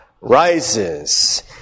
Rises